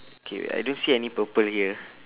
K I don't see any purple here